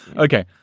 okay.